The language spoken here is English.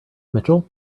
mitchell